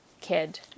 kid